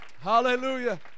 Hallelujah